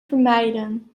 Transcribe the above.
vermijden